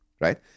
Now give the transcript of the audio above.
right